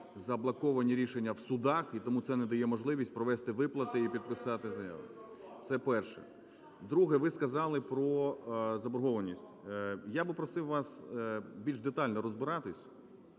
заблоковані рішення в судах, і тому це не дає можливість провести виплати і підписати заяви. Це перше. Друге. Ви сказали про заборгованість. Я би просив вас більш детально розбиратись,